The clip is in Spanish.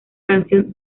canción